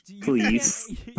Please